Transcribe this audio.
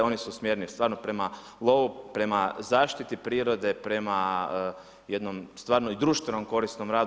Oni su usmjereni stvarno prema lovu, prema zaštiti prirode, prema jednom stvarno i društveno korisnom radu.